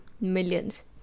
millions